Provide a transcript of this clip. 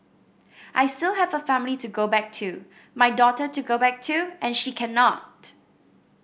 I still have a family to go back to my daughter to go back to and she cannot